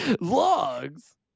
logs